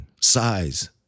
size